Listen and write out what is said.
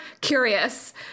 curious